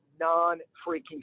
non-freaking